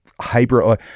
hyper